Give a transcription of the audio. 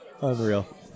Unreal